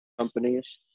companies